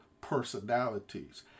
personalities